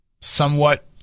somewhat